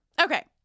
Okay